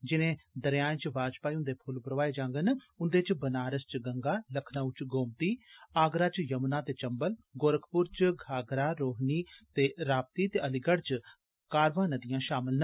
जिने दरयाए च वाजपेई हुन्दे फुल्ल परोआए जाङन उन्दे च बनारस च गंगा लखनऊ च गोमती आगरा च श्मुना ते चम्बुल गोरखपुर च घाघरा रोहनी ते राप्ती ते अलीगढ़ च कारवां नदियां शामल न